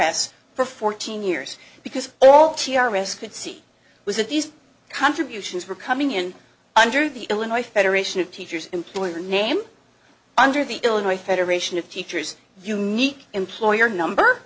s for fourteen years because all t r s could see was that these contributions were coming in under the illinois federation of teachers employer name under the illinois federation of teachers unique employer number